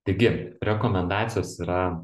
taigi rekomendacijos yra